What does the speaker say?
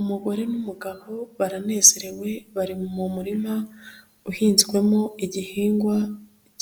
Umugore n'umugabo baranezerewe bari mu murima uhinzwemo igihingwa